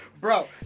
Bro